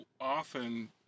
often